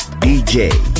DJ